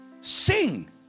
Sing